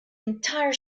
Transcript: entire